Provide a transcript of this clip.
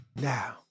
now